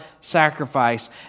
sacrifice